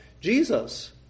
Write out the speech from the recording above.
Jesus